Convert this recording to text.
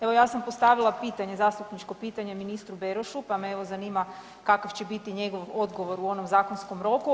Evo, ja sam postavila pitanje, zastupničko pitanje ministru Berošu, pa me evo zanima kakav će biti njegov odgovor u onom zakonskom roku.